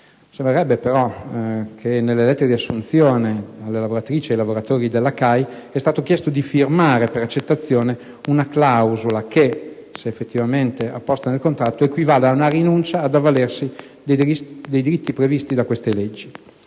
Sembrerebbe però che nelle lettere di assunzione alle lavoratrici e ai lavoratori della CAI S.p.A. sia stato chiesto di firmare per accettazione una clausola che, se effettivamente apposta nel contratto, equivale ad una rinuncia ad avvalersi dei diritti previsti da queste leggi.